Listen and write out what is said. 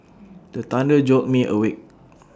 the thunder jolt me awake